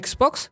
Xbox